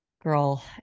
girl